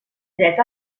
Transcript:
dret